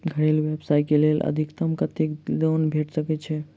घरेलू व्यवसाय कऽ लेल अधिकतम कत्तेक लोन भेट सकय छई?